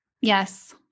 Yes